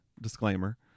disclaimer